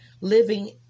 living